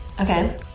Okay